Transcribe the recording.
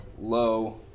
low